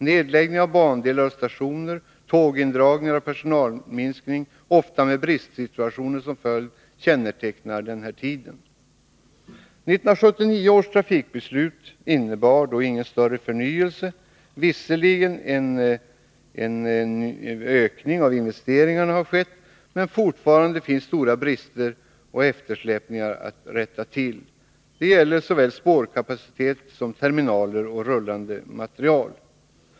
Nedläggning av bandelar och stationer, tågindragningar och personalminskning, ofta med bristsituationer som följd, kännetecknar denna tid. 1979 års trafikbeslut innebar ingen större förnyelse. Visserligen har en ökning av investeringarna skett, men fortfarande finns stora brister och eftersläpningar att rätta till. Det gäller såväl spårkapacitet som terminaler och rullande materiel.